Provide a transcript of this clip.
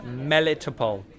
melitopol